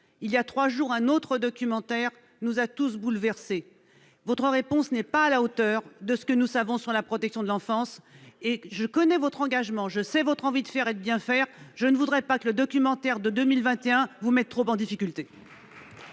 voilà trois jours, un autre documentaire nous a tous bouleversés. Votre réponse n'est pas à la hauteur de la protection de l'enfance. Je connais votre engagement. Je sais votre envie de bien faire. Je ne voudrais pas que le documentaire de 2021 vous mette trop en difficulté.